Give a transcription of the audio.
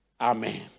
amen